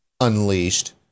unleashed